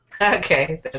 Okay